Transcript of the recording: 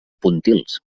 pontils